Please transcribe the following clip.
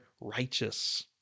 righteous